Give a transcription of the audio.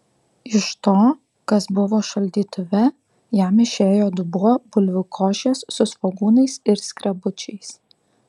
iš to kas buvo šaldytuve jam išėjo dubuo bulvių košės su svogūnais ir skrebučiais